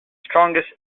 strongest